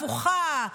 הפוכה,